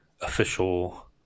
official